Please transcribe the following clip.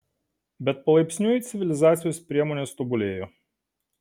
bet palaipsniui civilizacijos priemonės tobulėjo